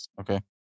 Okay